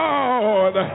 Lord